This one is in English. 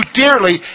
dearly